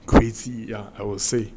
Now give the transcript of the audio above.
crazy yeah I would say